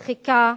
דחיקה,